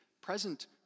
Present